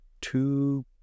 two